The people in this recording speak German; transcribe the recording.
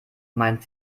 meint